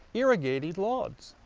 irrigating lawns.